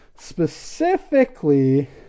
Specifically